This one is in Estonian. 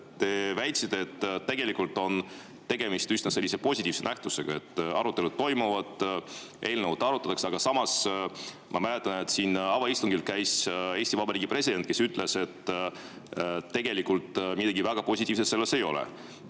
Te väitsite, et tegelikult on tegemist üsna positiivse nähtusega, [sest] arutelud toimuvad, eelnõu arutatakse. Aga samas, ma mäletan, et avaistungil ütles Eesti Vabariigi president, et tegelikult midagi väga positiivset selles ei ole.